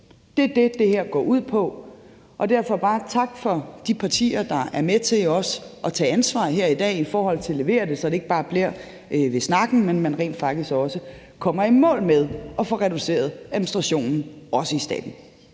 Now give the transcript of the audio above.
Det er det, det her går ud på. Derfor vil jeg bare sige tak til de partier, der også er med til at tage ansvar her i dag i forhold til at levere det, så det ikke bare bliver ved snakken, men at man rent faktisk også kommer i mål med at få reduceret administrationen, også i staten.